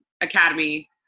academy